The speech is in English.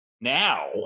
now